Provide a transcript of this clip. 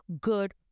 good